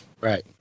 Right